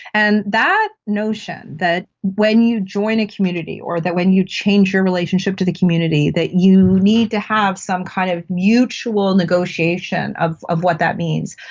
and that notion, that when you join a community or when you change your relationship to the community, that you need to have some kind of mutual negotiation of of what that means,